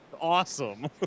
awesome